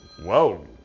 Whoa